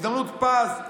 הזדמנות פז,